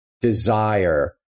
desire